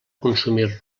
consumir